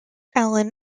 alan